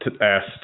asked